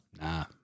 Nah